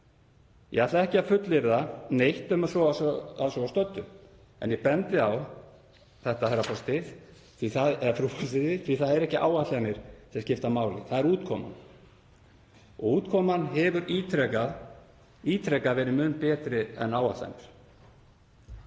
Ég ætla ekki að fullyrða neitt um það að svo stöddu en ég bendi á þetta, frú forseti, því að það eru ekki áætlanir sem skipta máli, það er útkoman og útkoman hefur ítrekað verið mun betri en áætlanir.